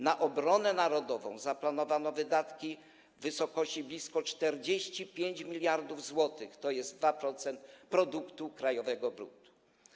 Na obronę narodową zaplanowano wydatki w wysokości blisko 45 mld zł, tj. 2% produktu krajowego brutto.